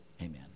Amen